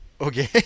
Okay